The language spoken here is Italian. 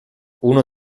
uno